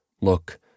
Look